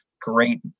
great